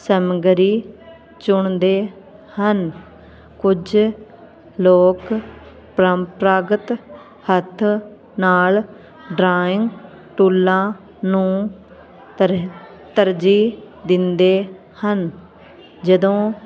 ਸਮੱਗਰੀ ਚੁਣਦੇ ਹਨ ਕੁਝ ਲੋਕ ਪਰੰਪਰਾਗਤ ਹੱਥ ਨਾਲ ਡਰਾਇੰਗ ਟੂਲਾਂ ਨੂੰ ਤਰ ਤਰਜੀਹ ਦਿੰਦੇ ਹਨ ਜਦੋਂ